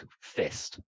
fist